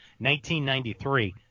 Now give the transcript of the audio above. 1993